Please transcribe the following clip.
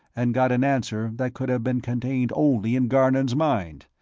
and got an answer that could have been contained only in garnon's mind.